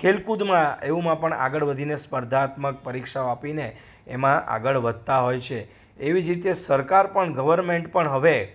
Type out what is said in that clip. ખેલકૂદમાં એવુંમાં પણ આગળ વધીને સ્પર્ધાત્મક પરીક્ષાઓ આપીને એમાં આગળ વધતા હોય છે એવી જ રીતે સરકાર પણ ગવર્મેન્ટ પણ હવે